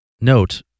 Note